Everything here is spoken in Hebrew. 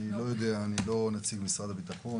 לא נציג משרד הביטחון,